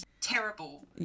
Terrible